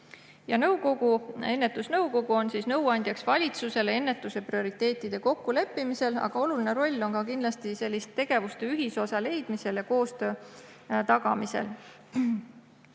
ennetusnõukoguks. Ennetusnõukogu on nõuandjaks valitsusele ennetuse prioriteetide kokkuleppimisel, aga oluline roll on ka kindlasti tegevuste ühisosa leidmisel ja koostöö tagamisel.